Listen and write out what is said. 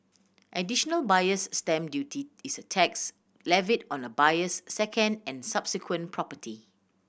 Additional Buyer's Stamp Duty is a tax levied on a buyer's second and subsequent property